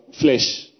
flesh